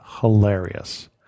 hilarious